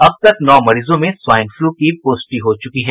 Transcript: अब तक नौ मरीजों में स्वाईन फ्लू की पुष्टि हो चुकी है